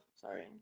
sorry